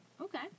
okay